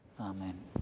amen